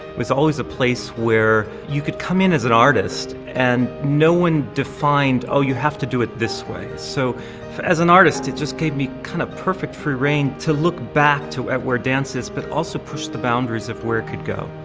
it's always a place where you could come in as an artist and no one defined oh you have to do it this way, so as an artist, it just gave me kind of perfect free reign to look back to where dance is but also push the boundaries of where it could go.